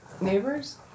Neighbors